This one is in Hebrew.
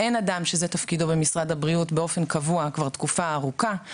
אין אדם שזה תפקידו במשרד הבריאות באופן קבוע כבר תקופה ארוכה.